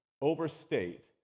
overstate